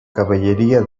cavalleria